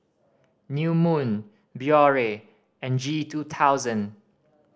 New Moon Biore and G two thousand